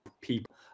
people